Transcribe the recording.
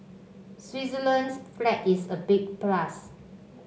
switzerland's flag is a big plus